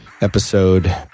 episode